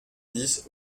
dix